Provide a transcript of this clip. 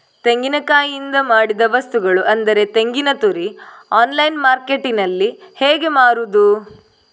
ತೆಂಗಿನಕಾಯಿಯಿಂದ ಮಾಡಿದ ವಸ್ತುಗಳು ಅಂದರೆ ತೆಂಗಿನತುರಿ ಆನ್ಲೈನ್ ಮಾರ್ಕೆಟ್ಟಿನಲ್ಲಿ ಹೇಗೆ ಮಾರುದು?